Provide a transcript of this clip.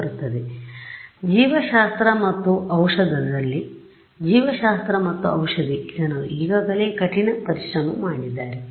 ಆದ್ದರಿಂದ ಜೀವಶಾಸ್ತ್ರ ಮತ್ತು ಔಷಧದಲ್ಲಿ ಜೀವಶಾಸ್ತ್ರ ಮತ್ತು ಔಷಧಿ ಜನರು ಈಗಾಗಲೇ ಕಠಿಣ ಪರಿಶ್ರಮ ಮಾಡಿದ್ದಾರೆ